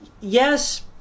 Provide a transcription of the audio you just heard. yes